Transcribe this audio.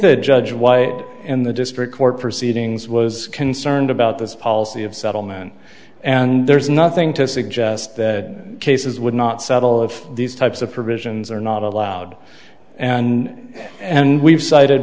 the judge was in the district court proceedings was concerned about this policy of settlement and there's nothing to suggest that cases would not settle of these types of provisions are not allowed and and we've cited